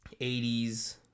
80s